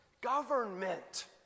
Government